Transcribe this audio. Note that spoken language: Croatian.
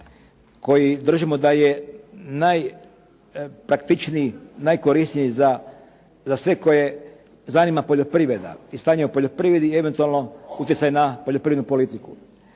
koji držimo da je najpraktičniji, najkorisniji za sve koji zanima poljoprivreda i stanje u poljoprivredi i eventualno utjecaj na poljoprivrednu politiku.